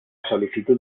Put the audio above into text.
solicitud